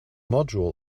module